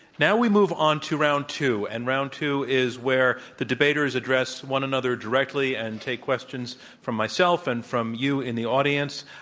now we move on to round two. and round two is where the debaters address one another directly and take questions from myself and from you in the audience.